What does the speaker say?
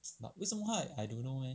but 为什么她会 I don't know eh